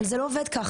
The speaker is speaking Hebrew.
אבל זה לא עובד ככה.